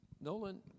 Nolan